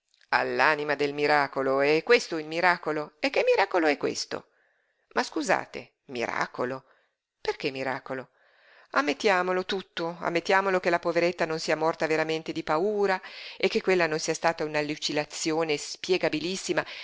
all'anima del miracolo è questo il miracolo e che miracolo è questo ma scusate miracolo perché miracolo ammettiamo tutto ammettiamo che la poveretta non sia morta veramente di paura e che quella non sia stata